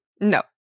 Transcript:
No